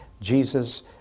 Jesus